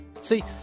See